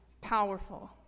powerful